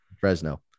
Fresno